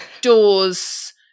doors